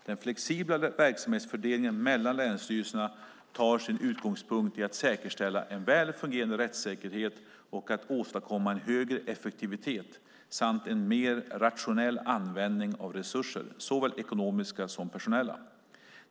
Den flexibla verksamhetsfördelningen mellan länsstyrelserna tar sin utgångspunkt i att säkerställa en väl fungerande rättssäkerhet och att åstadkomma en högre effektivitet samt en mer rationell användning av resurser, såväl ekonomiska som personella.